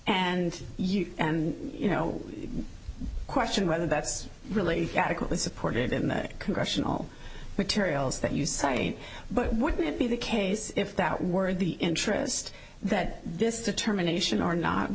you and you know question whether that's really adequately supported in the congressional materials that you cite but it wouldn't be the case if that were in the interest that this determination or not w